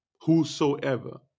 whosoever